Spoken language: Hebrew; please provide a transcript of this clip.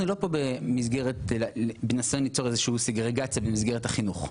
אנחנו לא פה בניסיון ליצור סגרגציה במסגרת החינוך.